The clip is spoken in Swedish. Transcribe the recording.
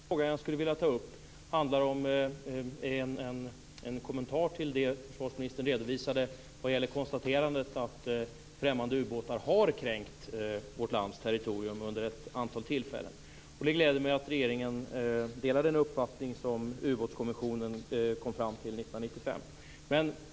Herr talman! Jag vill passa på att tacka försvarsministern för en god och fullständig redogörelse. Jag har ett par frågor. Den första fråga jag skulle vilja ta upp handlar om en kommentar till det försvarsministern redovisade vad gäller konstaterandet att främmande ubåtar har kränkt vårt lands territorium vid ett antal tillfällen. Det gläder mig att regeringen delar den uppfattning som Ubåtskommissionen kom fram till 1995.